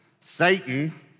Satan